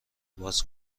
باز